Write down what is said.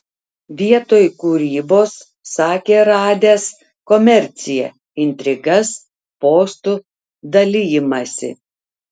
vietoj kūrybos sakė radęs komerciją intrigas postų dalijimąsi